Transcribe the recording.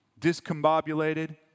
discombobulated